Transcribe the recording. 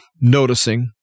noticing